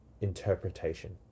Interpretation